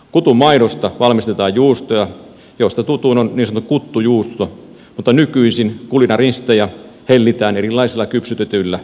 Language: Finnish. kutunmaidosta valmistetaan juustoja joista tutuin on niin sanottu kuttujuusto mutta nykyisin kulinaristeja hellitään erilaisilla kypsytetyillä juustoilla